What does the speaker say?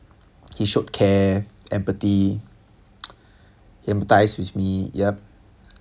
he showed care empathy empathised with me yup